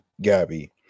Gabby